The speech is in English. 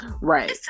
right